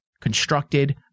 constructed